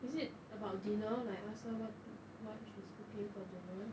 is it about dinner like ask her what to what she's cooking for dinner